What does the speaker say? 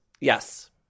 Yes